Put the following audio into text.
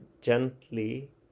gently